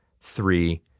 three